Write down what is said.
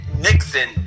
Nixon